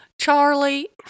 charlie